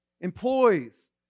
Employees